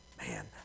Man